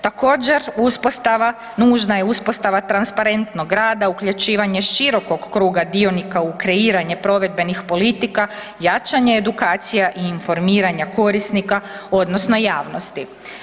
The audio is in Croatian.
Također, uspostava, nužna je uspostava transparentnog rada, uključivanje širokog kruga dionika u kreiranje provedbenih politika, jačanje edukacija i informiranja korisnika, odnosno jasnosti.